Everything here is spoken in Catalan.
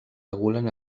regulen